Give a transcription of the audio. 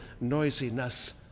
noisiness